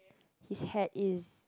his hat is